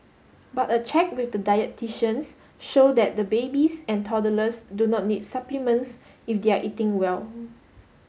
but a check with dietitians show that the babies and toddlers do not need supplements if they are eating well